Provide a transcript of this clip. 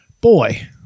Boy